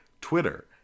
Twitter